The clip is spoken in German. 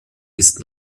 ist